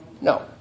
No